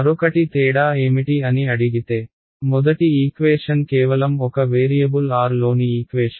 మరొకటి తేడా ఏమిటి అని అడిగితే మొదటి ఈక్వేషన్ కేవలం ఒక వేరియబుల్ r లోని ఈక్వేషన్